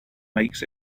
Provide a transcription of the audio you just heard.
makes